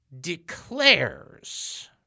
declares—